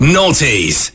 Naughties